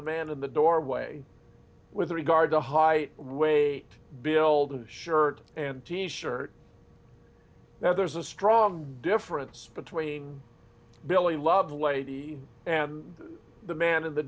the man in the doorway with regard to height weight build a shirt and t shirt now there's a strong difference between billy lovelady and the man in the